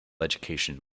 education